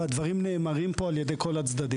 והדברים נאמרים פה על ידי כל הצדדים,